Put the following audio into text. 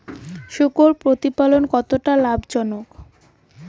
শূকর প্রতিপালনের কতটা লাভজনক?